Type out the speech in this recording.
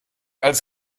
als